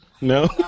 No